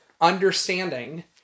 understanding